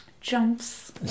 Jumps